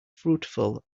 fruitful